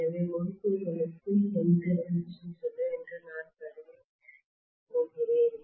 எனவே முறுக்குகளுக்கு எந்த ரெசிஸ்டன்ஸ் இல்லை என்று நான் கருதப் போகிறேன்